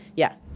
yeah?